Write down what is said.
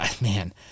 man